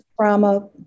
trauma